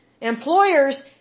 employers